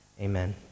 amen